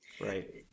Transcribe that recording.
right